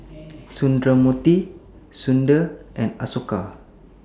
Sundramoorthy Sundar and Ashoka